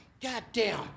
goddamn